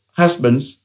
husbands